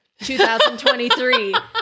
2023